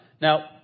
Now